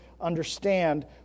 understand